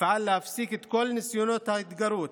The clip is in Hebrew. תפעל להפסיק את כל ניסיונות ההתגרות,